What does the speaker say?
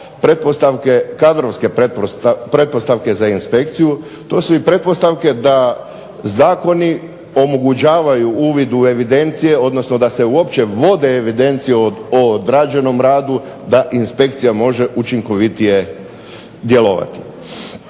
nisu samo kadrovske pretpostavke za inspekciju tu su i pretpostavke da zakoni omogućavaju uvid u evidencije odnosno da se uopće vode evidencije o odrađenom radu da inspekcija može učinkovitije djelovati.